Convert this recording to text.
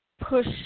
push